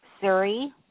Siri